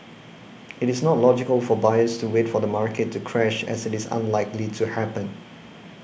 it is not logical for buyers to wait for the market to crash as it is unlikely to happen